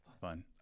Fine